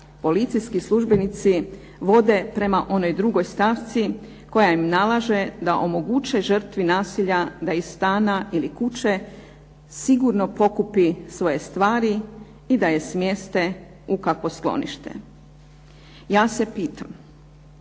policijski službenici vode prema onoj drugoj stavci koja im nalaže da omoguće žrtvi nasilja da iz stana ili kuće sigurno pokupi svoje stvari da je smjeste u kakvo sklonište. Ja se pitam,